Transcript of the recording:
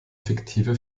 fiktive